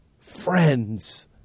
friends